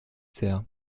sehr